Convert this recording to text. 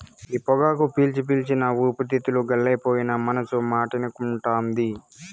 ఈ పొగాకు పీల్చి పీల్చి నా ఊపిరితిత్తులు గుల్లైపోయినా మనసు మాటినకుంటాంది